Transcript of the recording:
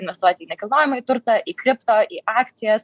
investuoti į nekilnojamąjį turtą į kripto į akcijas